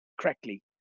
correctly